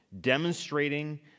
demonstrating